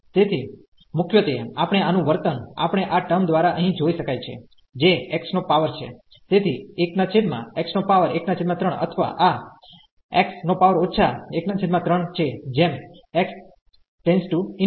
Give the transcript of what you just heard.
તેથીમુખ્યત્વે આપણે આનું વર્તન આપણે આ ટર્મ દ્વારા અહીં જોઈ શકાય છે જે x નો પાવર છે તેથી 1X13 અથવા આ x 13 છે જેમ x→∞